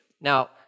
Now